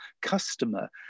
customer